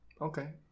Okay